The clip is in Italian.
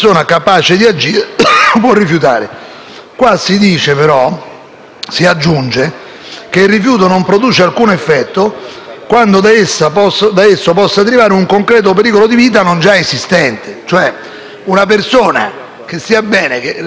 si aggiunge però che il rifiuto non produce alcun effetto quando da esso possa derivare un concreto pericolo di vita non già esistente: una persona che sta bene e che rifiuta un trattamento nel momento in cui non è in condizione di pericolo di vita